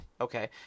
Okay